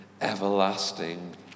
everlasting